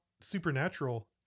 supernatural